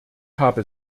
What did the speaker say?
habe